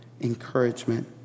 encouragement